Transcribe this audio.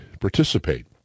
participate